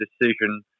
decision